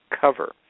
cover